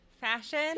fashion